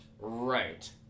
Right